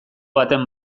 baten